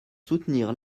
soutenir